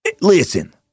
Listen